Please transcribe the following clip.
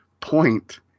point